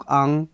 ang